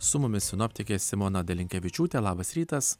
su mumis sinoptikė simona dalinkevičiūtė labas rytas